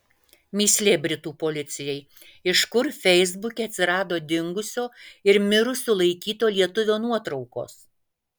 mįslė britų policijai iš kur feisbuke atsirado dingusio ir mirusiu laikyto lietuvio nuotraukos